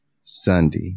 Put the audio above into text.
Sunday